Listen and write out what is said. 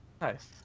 nice